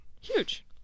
Huge